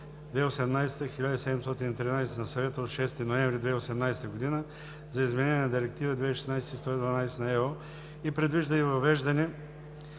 2018/1713 на Съвета от 6 ноември 2018 г. за изменение на Директива 2006/112/EO и предвижда и въвеждане